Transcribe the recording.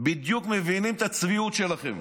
מבינים בדיוק את הצביעות שלכם.